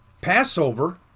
Passover